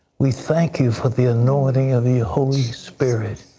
we thank you for the enormity of the holy spirit.